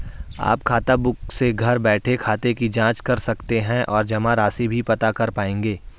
आप खाताबुक से घर बैठे खाते की जांच कर सकते हैं और जमा राशि भी पता कर पाएंगे